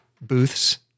booths